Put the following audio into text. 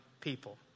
people